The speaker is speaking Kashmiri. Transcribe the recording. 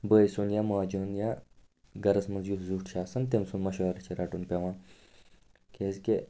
بٲے سُنٛد یا ماجہِ ہُنٛد یا گَرَس منٛز یُس زیُٹھ چھُ آسان تٔمۍ سُنٛد مَشوَرٕ چھُ رَٹُن پٮ۪وان کیٛازِکہِ